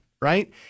right